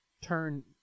turn